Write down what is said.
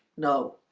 no